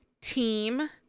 team